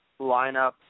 Lineup